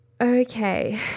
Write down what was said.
Okay